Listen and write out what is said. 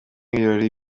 n’ibirori